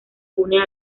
une